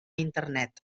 internet